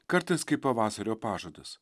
kartais kaip pavasario pažadas